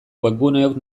webguneok